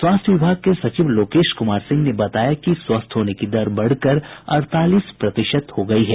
स्वास्थ्य विभाग के सचिव लोकेश कुमार सिंह ने बताया कि स्वस्थ होने की दर बढ़कर अड़तालीस प्रतिशत हो गयी है